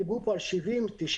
דיברו פה על 70,000 שקל,